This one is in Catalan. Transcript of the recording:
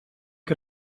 que